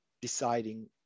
deciding